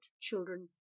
children